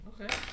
Okay